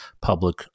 public